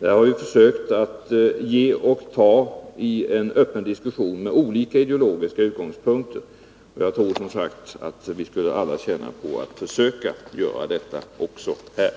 Där har vi försökt att ge och ta i en öppen diskussion med olika ideologiska utgångspunkter. Jag tror att vi alla skulle tjäna på att försöka göra detta också här.